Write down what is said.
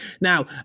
Now